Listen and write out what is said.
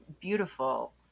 beautiful